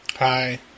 Hi